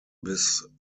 bis